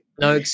No